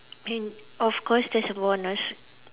and of course there's a bonus